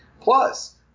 Plus